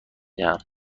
دهم